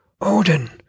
Odin